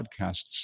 podcasts